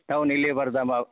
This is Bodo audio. दा हनै लेबार दामा